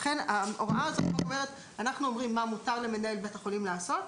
לכן ההוראה אומרת: אנחנו אומרים מה מותר למנהל בית החולים לעשות,